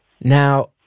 Now